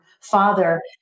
father